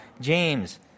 james